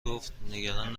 گفتنگران